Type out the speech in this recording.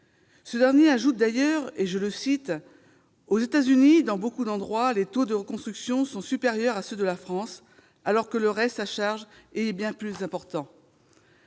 Ce praticien ajoute d'ailleurs :« Aux États-Unis, dans beaucoup d'endroits, les taux de reconstruction sont supérieurs à ceux de la France, alors que le reste à charge y est bien plus important !